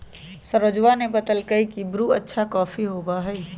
सरोजवा ने बतल कई की ब्रू अच्छा कॉफी होबा हई